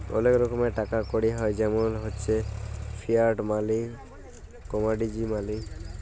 ওলেক রকমের টাকা কড়ি হ্য় জেমল হচ্যে ফিয়াট মালি, কমডিটি মালি